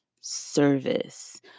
service